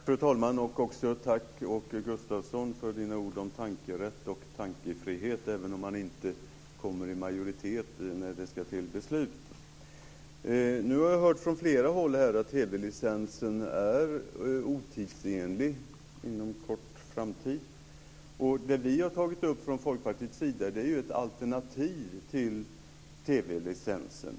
Fru talman! Tack, Åke Gustavsson, för dina ord om tankerätt och tankefrihet - även om man inte blir i majoritet när vi ska gå till beslut. Nu har jag hört från flera håll här att TV-licensen blir otidsenlig inom en kort framtid. Folkpartiet har tagit upp ett alternativ till TV-licensen.